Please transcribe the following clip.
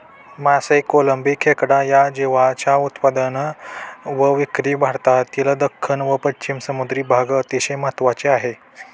मासे, कोळंबी, खेकडा या जीवांच्या उत्पादन व विक्री भारतातील दख्खन व पश्चिम समुद्री भाग अतिशय महत्त्वाचे आहे